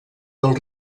del